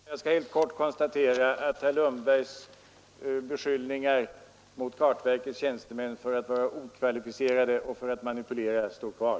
Herr talman! Jag skall helt kort konstatera att herr Lundbergs beskyllningar mot kartverkets tjänstemän för att vara okvalificerade och för att manipulera står kvar.